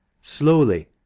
Slowly